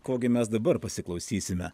ko gi mes dabar pasiklausysime